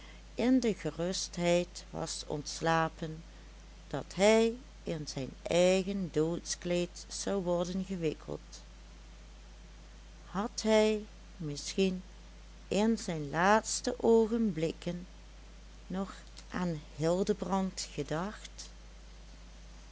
in de gerustheid was ontslapen dat hij in zijn eigen doodskleed zou worden gewikkeld had hij misschien in zijn laatste oogenblikken nog aan hildebrand gedacht